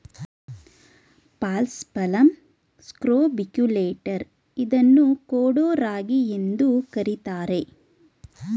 paspalum scrobiculatum ಇದನ್ನು ಕೊಡೋ ರಾಗಿ ಎಂದು ಕರಿತಾರೆ